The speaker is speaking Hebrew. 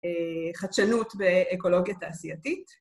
חדשנות באקולוגיה תעשייתית.